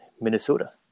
Minnesota